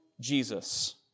Jesus